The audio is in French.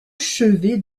chevet